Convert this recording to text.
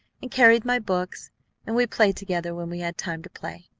and carried my books and we played together when we had time to play.